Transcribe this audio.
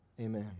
amen